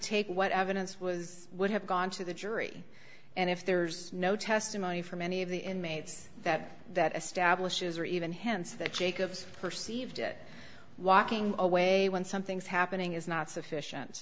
take what evidence was would have gone to the jury and if there's no testimony from any of the inmates that that establishes or even hints that jacobs perceived it walking away when something's happening is not sufficient